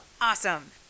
Awesome